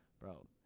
Bro